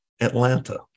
Atlanta